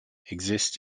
exist